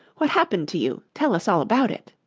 what happened to you? tell us all about it